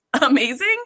amazing